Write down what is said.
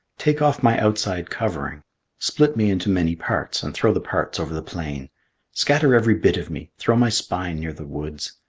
take off my outside covering split me into many parts, and throw the parts over the plain scatter every bit of me throw my spine near the woods.